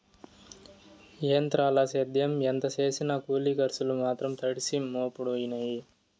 ఎంత్రాల సేద్యం ఎంత సేసినా కూలి కర్సులు మాత్రం తడిసి మోపుడయినాయి